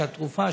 שהתרופה,